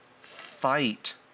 fight